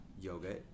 yoga